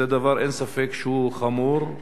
אין ספק שזה דבר חמור,